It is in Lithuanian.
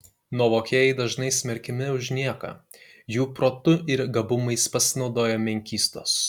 nuovokieji dažnai smerkiami už nieką jų protu ir gabumais pasinaudoja menkystos